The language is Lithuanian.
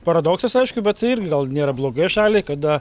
paradoksas aišku bet tai irgi gal nėra blogai šaliai kada